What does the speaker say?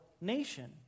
nation